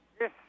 Yes